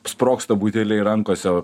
sprogsta buteliai rankose